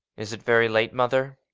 is it very late, mother?